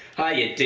hi ya,